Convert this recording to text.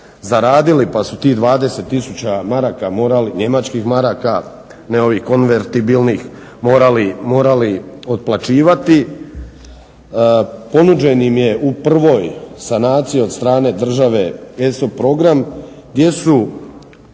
pa su tih 20 tisuća njemačkih maraka ne ovih konvertibilnih, morali otplaćivati. Ponuđen im je u prvoj sanaciji od strane države ESO program gdje su